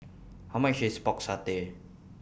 How much IS Pork Satay